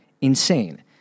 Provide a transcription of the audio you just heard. insane